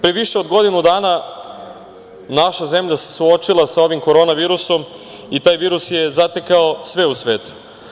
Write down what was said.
Pre više od godinu dana, naša zemlja se suočila sa ovim korona virusom i taj virus je zatekao sve u svetu.